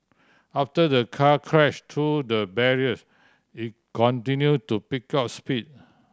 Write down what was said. after the car crash through the barriers it continue to pick up speed